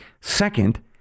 Second